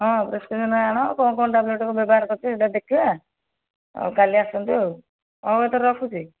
ହଁ ପ୍ରେସ୍କିପ୍ସନ୍ ଆଣ କ'ଣ କ'ଣ ଟାବଲେଟ୍ ସବୁ ବ୍ୟବହାର କରିଛ ସେଇଟା ଦେଖିବା ଆଉ କାଲି ଆସନ୍ତୁ ଆଉ ହଉ ଏଥର ରଖୁଛି